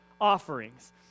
offerings